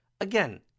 Again